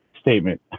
statement